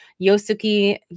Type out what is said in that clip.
Yosuke